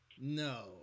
No